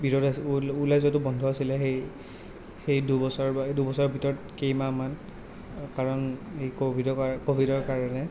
ওলাই যোৱোতো বন্ধ আছিলে সেই সেই দুবছৰ সেই দুবছৰৰ ভিতৰত কেইমাহমান কাৰণ এই ক'ভিডৰ কাৰণে ক'ভিডৰ কাৰণে